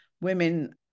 Women